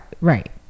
right